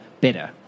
better